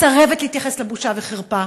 מסרבת להתייחס לבושה וחרפה.